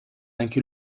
anche